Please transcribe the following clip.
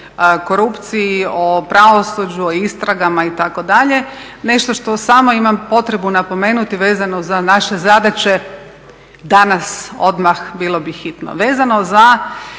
korupciji, o pravosuđu, o istragama itd., nešto što samo imam potrebu napomenuti vezano za naše zadaće danas odmah bilo bi hitno